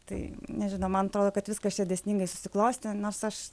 tai nežinau man atrodo kad viskas čia dėsningai susiklostė nors aš